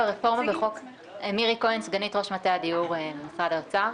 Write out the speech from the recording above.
אני סגנית ראש מטה הדיור במשרד האוצר.